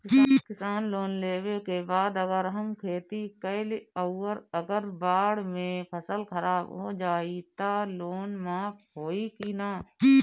किसान लोन लेबे के बाद अगर हम खेती कैलि अउर अगर बाढ़ मे फसल खराब हो जाई त लोन माफ होई कि न?